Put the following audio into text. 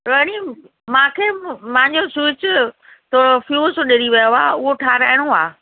घणी मूंखे मुंहिंजो स्विच थोरो फ्यूज़ उॾड़ी वियो आहे उहो ठहाराइणो आहे